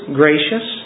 gracious